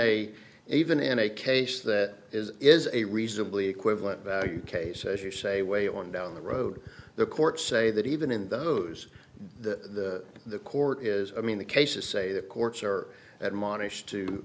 a even in a case that is is a reasonably equivalent case as you say way on down the road the courts say that even in those the the court is i mean the cases say the courts are a